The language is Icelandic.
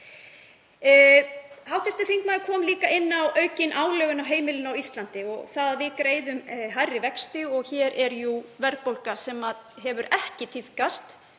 Hv. þingmaður kom líka inn á auknar álögur á heimilin á Íslandi og það að við greiðum hærri vexti og hér sé verðbólga sem hefur ekki tíðkast